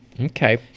Okay